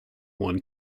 one